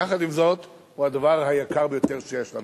ויחד עם זאת, הוא הדבר היקר ביותר שיש לנו.